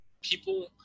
people